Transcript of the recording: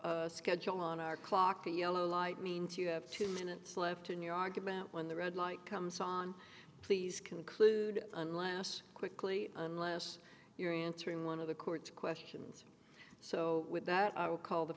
time schedule on our clock a yellow light means you have two minutes left in your argument when the red light comes on please conclude on last quickly unless you're answering one of the court questions so with that i'll call the